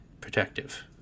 protective